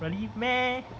really meh